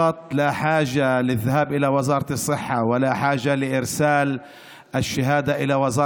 אין שום צורך שתיגשו למשרד הבריאות ואין צורך לשלוח את התעודה למשרד